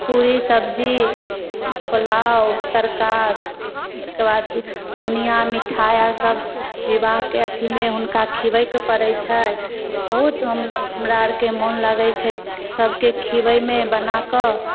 पूड़ी सब्जी पोलाउ तरकास ओहिके बाद बुनिआ मिठाइ आओर सभ विवाहके अथीमे हुनका खुआबैके पड़ै छै बहुत हमलोक हमरा आओरके मोन लगै छै सभके खुआबैमे बनाकऽ